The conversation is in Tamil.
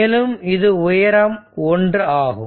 மேலும் இது உயரம் 1 ஆகும்